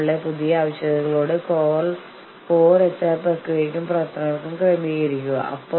കൂടാതെ നിങ്ങൾ പറയും നിങ്ങൾ ഞങ്ങളോട് യോജിക്കുന്നില്ലെങ്കിൽ ശരി നിങ്ങളെ ബോധ്യപ്പെടുത്താൻ ഞങ്ങൾ മറ്റൊരു വഴി കണ്ടെത്തും